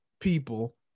people